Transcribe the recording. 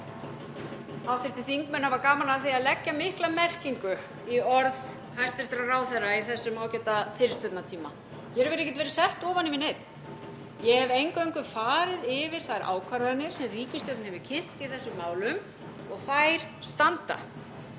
að hv. þingmenn hafa gaman af því að leggja mikla merkingu í orð hæstv. ráðherra í þessum ágæta fyrirspurnatíma. Hér hefur ekkert verið sett ofan í við neinn. Ég hef eingöngu farið yfir þær ákvarðanir sem ríkisstjórnin hefur kynnt í þessum málum og þær standa.